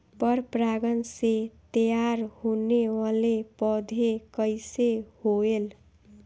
पर परागण से तेयार होने वले पौधे कइसे होएल?